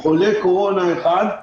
חולה קורונה אחד,